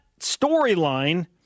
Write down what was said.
storyline